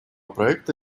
проекта